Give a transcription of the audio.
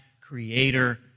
creator